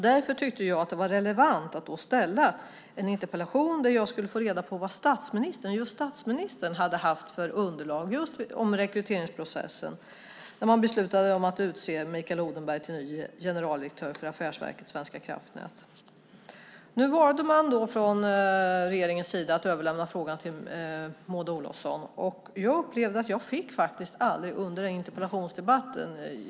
Därför tyckte jag att det var relevant att ställa en interpellation för att få reda på vad just statsministern hade haft för underlag i rekryteringsprocessen när man beslutade att utse Mikael Odenberg till ny generaldirektör för Affärsverket svenska kraftnät. Nu valde man från regeringens sida att överlämna frågan till Maud Olofsson.